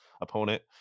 opponent